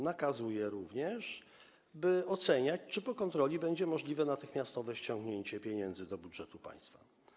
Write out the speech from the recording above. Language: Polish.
Nakazuje również, by oceniać, czy po kontroli będzie możliwe natychmiastowe ściągnięcie pieniędzy do budżetu państwa.